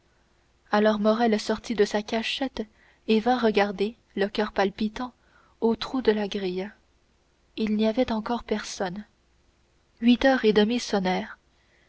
alors morrel sortit de la cachette et vint regarder le coeur palpitant au trou de la grille il n'y avait encore personne huit heures et demie